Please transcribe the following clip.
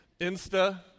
Insta